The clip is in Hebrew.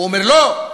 הוא אומר: לא,